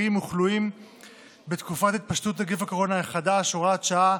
אסירים וכלואים בתקופת התפשטות נגיף הקורונה החדש (הוראת שעה),